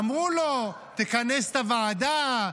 אמרו לו: תכנס את הוועדה,